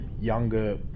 younger